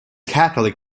catholic